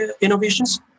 innovations